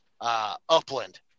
Upland